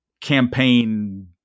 campaign